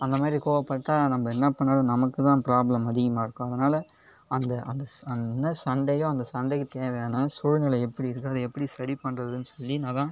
அந்த மாதிரி கோவப்பட்டால் நம்ம என்ன பண்ணினாலும் நமக்கு தான் ப்ராப்லம் அதிகமாக இருக்கும் அதனால் அந்த அந்த என்ன சண்டையோ அந்த சண்டைக்கு தேவையான சூழ்நிலை எப்படி இருக்குது அதை எப்படி சரி பண்ணுறதுனு சொல்லினால் தான்